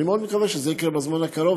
אני מאוד מקווה שזה יקרה בזמן הקרוב,